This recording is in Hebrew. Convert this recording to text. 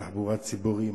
תחבורה ציבורית,